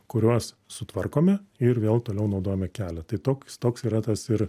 kuriuos sutvarkome ir vėl toliau naudojame kelią tai toks toks yra tas ir